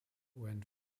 went